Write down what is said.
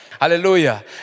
Hallelujah